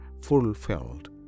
fulfilled